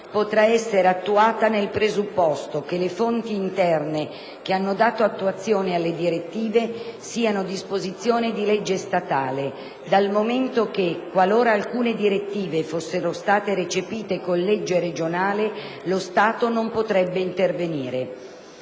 potrà essere attuata nel presupposto che le fonti interne che hanno dato attuazione alle direttive siano disposizioni di legge statale, dal momento che, qualora alcune direttive fossero state recepite con legge regionale, lo Stato non potrebbe intervenire.